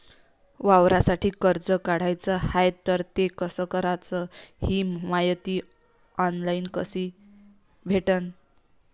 वावरासाठी कर्ज काढाचं हाय तर ते कस कराच ही मायती ऑनलाईन कसी भेटन?